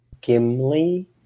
Gimli